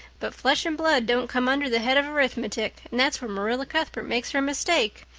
but flesh and blood don't come under the head of arithmetic and that's where marilla cuthbert makes her mistake.